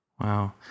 Wow